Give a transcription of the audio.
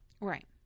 Right